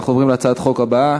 אנחנו עוברים להצעת החוק הבאה: